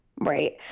Right